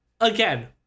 again